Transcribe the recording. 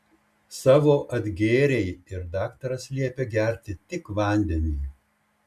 savo atgėrei ir daktaras liepė gerti tik vandenį